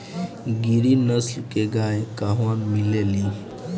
गिरी नस्ल के गाय कहवा मिले लि?